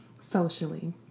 socially